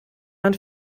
man